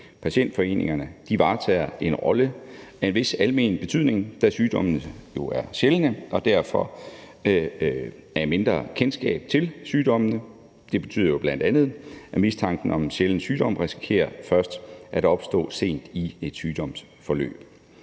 Patientforeningerne varetager en rolle af en vis almen betydning, da sygdommene jo er sjældne og der derfor er mindre kendskab til sygdommene. Det betyder jo bl.a., at mistanken om en sjælden sygdom risikerer først at opstå sent i et sygdomsforløb.